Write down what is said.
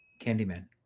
Candyman